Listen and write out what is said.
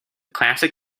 classic